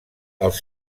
els